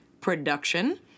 production